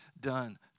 done